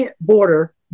border